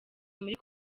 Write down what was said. muri